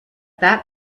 that